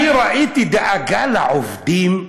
אני ראיתי דאגה לעובדים,